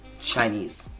Chinese